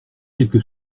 quelque